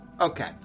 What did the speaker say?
Okay